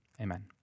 Amen